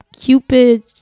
Cupid